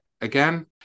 again